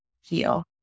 heal